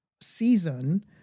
season